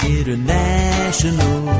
International